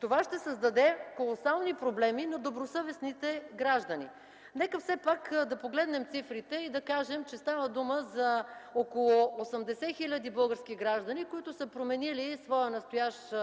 това ще създаде колосални проблеми на добросъвестните граждани. Нека все пак да погледнем цифрите и да кажем, че става дума за около 80 хил. български граждани, които са променили своя настоящ